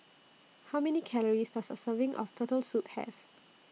How Many Calories Does A Serving of Turtle Soup Have